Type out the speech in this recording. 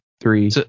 three